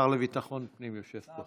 השר לביטחון הפנים יושב פה.